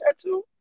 tattoo